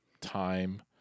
time